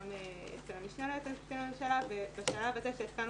גם אצל המשנה ליועץ המשפטי לממשלה ובשלב הזה שהתקנו